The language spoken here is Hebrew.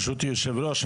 ברשות היושב-ראש,